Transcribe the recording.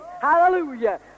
hallelujah